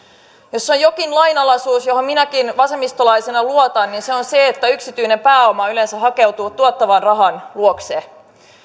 jos on jokin lainalaisuus johon minäkin vasemmistolaisena luotan niin se on se että yksityinen pääoma yleensä hakeutuu tuottavan rahan luokse